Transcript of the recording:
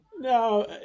No